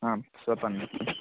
आम् सुसम्यक्